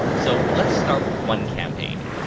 so lets start with one campaign.